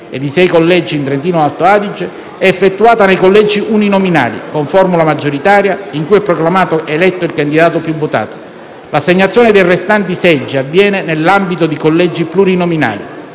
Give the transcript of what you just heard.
e di 6 collegi in Trentino-Alto Adige) è effettuata nei collegi uninominali, con formula maggioritaria, in cui è proclamato eletto il candidato più votato: l'assegnazione dei restanti seggi avviene nell'ambito di collegi plurinominali,